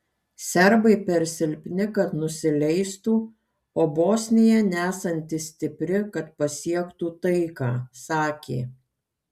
serbai per silpni kad nusileistų o bosnija nesanti stipri kad pasiektų taiką sakė